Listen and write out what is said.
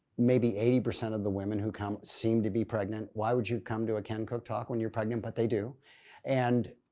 maybe eighty percent of the women who come seem to be pregnant, why would you come to a ken cook talk when you're pregnant but they do and